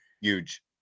huge